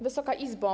Wysoka Izbo!